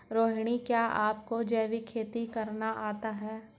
रोहिणी, क्या आपको जैविक खेती करना आता है?